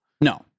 No